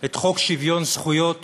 את חוק שוויון זכויות